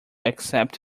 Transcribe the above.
accept